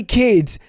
kids